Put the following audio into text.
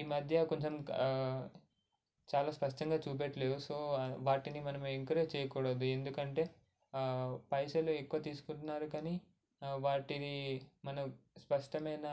ఈమధ్య కొంచెం చాలా స్పష్టంగా చూపెట్టలేదు సో వాటిని మనం ఎంకరేజ్ చేయకూడదు ఎందుకంటే పైసలు ఎక్కువ తీసుకుంటున్నారు కానీ వాటిని మనం స్పష్టమైన